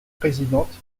présidente